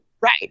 Right